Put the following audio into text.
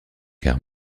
guerre